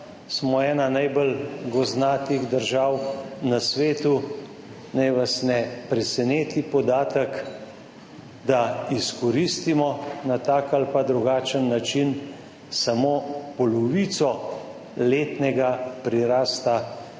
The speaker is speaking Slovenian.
Smo ena najbolj gozdnatih držav na svetu. Naj vas ne preseneti podatek, da izkoristimo na tak ali pa drugačen način samo polovico letnega prirasta,